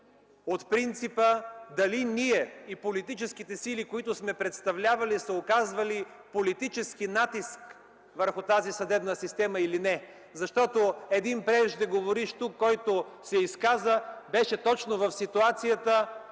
от принципа дали ние и политическите сили, които сме представлявали, са оказвали политически натиск върху тази съдебна система, или не. Защото един преждеговоривш тук, беше точно в ситуацията: